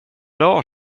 dagar